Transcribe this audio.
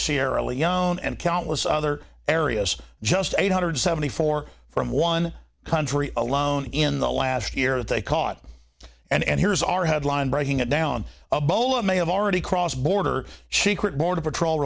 sierra leone and countless other areas just eight hundred seventy four from one country alone in the last year that they caught and here's our headline breaking it down a bowl of may have already crossed the border she quit border patrol